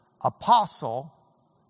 apostle